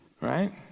right